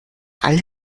alle